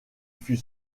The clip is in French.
fut